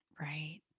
right